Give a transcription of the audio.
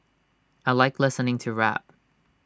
I Like listening to rap